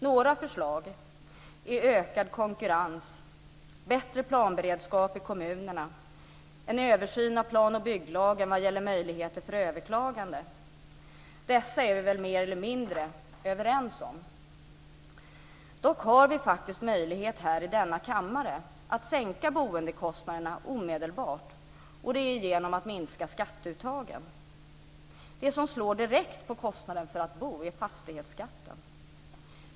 Några förslag är ökad konkurrens, bättre planberedskap i kommunerna och en översyn av plan och bygglagen vad gäller möjligheter till överklagande. Dessa förslag är vi väl mer eller mindre överens om. Dock har vi faktiskt möjlighet i denna kammare att sänka boendekostnaderna omedelbart, nämligen genom att minska skatteuttagen. Något som slår direkt på kostnaden för att bo är fastighetsskatten.